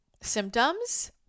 symptoms